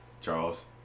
Charles